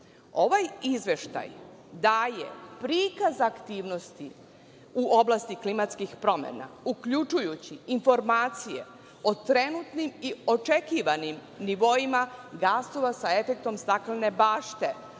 izveštaj daje prikaz aktivnosti u oblasti klimatskih promena, uključujući informacije o trenutnim i očekivanim nivoima gasova sa efektom staklene bašte,